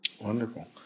Wonderful